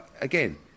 again